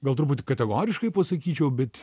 gal truputį kategoriškai pasakyčiau bet